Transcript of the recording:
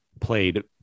played